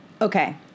Okay